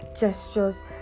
gestures